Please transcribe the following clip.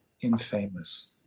infamous